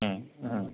ம் ம்